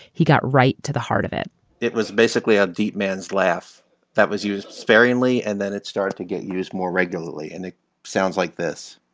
he got right to the heart of it it was basically a deep man's laugh that was used sparingly and then it started to get used more regularly. and it sounds like this.